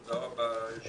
תודה רבה ליושב-ראש,